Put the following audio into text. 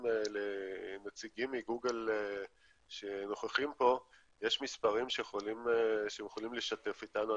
אם לנציגי גוגל שנוכחים פה יש מספרים שהם יכולים לשתף אותנו,